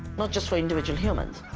not just for individual humans,